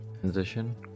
transition